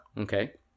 okay